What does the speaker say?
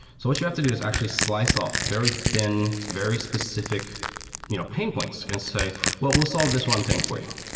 so what you have to do is actually slice off very thin, very specific you know pain points and say, we'll solve this one thing for you,